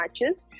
matches